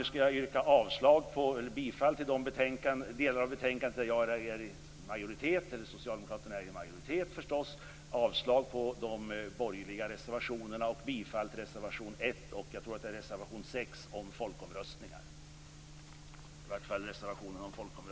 Jag skall yrka bifall till de delar av betänkandet där socialdemokraterna är i majoritet. Jag yrkar avslag på de borgerliga reservationerna och bifall till reservationerna 1 och 6, om folkomröstningar.